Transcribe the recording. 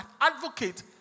advocate